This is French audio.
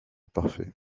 parfait